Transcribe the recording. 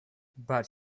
but